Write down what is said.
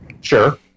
Sure